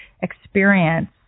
experience